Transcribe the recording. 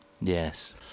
Yes